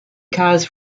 cars